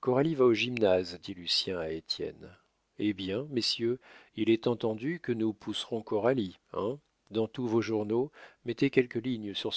coralie va au gymnase dit lucien à étienne eh bien messieurs il est entendu que nous pousserons coralie hein dans tous vos journaux mettez quelques lignes sur